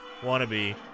wannabe